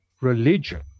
religion